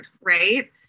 right